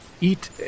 eat